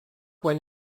went